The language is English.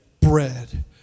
bread